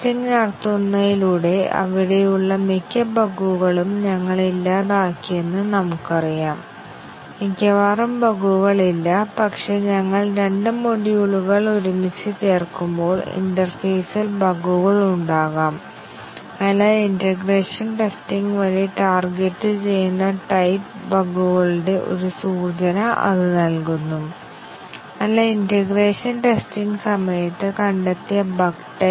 മറ്റ് data flow testing മാനദണ്ഡങ്ങൾ കൂടുതൽ വിപുലമായ മാനദണ്ഡങ്ങൾ ഉണ്ട് എന്നാൽ ഞങ്ങൾ അവ ചർച്ച ചെയ്യാൻ പോകുന്നില്ല പക്ഷേ ഡാറ്റ ഫ്ലോ ടെസ്റ്റിംഗിന്റെ അടിസ്ഥാന ആശയങ്ങളും DU ചെയിൻ കവറേജായ ഏറ്റവും ലളിതമായ ഡാറ്റാ ഫ്ലോ ടെസ്റ്റിംഗ് സാങ്കേതികവിദ്യയും നോക്കുന്നു